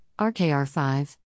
rkr5